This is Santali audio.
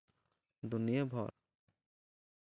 ᱫᱩᱱᱭᱟᱹ ᱵᱷᱚᱨ